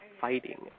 fighting